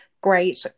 great